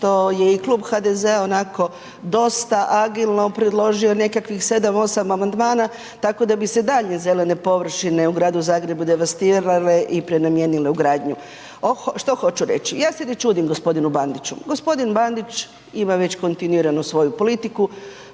što je i klub HDZ-a onako dosta agilno predložio nekakvih sedam, osam amandmana tako da bi se i dalje zelene površine u Gradu Zagrebu devastirale i prenamijenile u gradnju. Što hoću reći? Ja se ne čudim gospodinu Bandiću, gospodin Bandić ima već kontinuirano svoju politiku